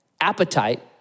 appetite